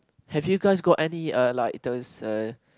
have you guys go any uh like those uh